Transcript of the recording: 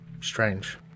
Strange